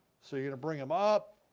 so, you're gonna bring them up.